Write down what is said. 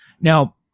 Now